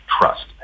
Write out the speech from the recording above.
trust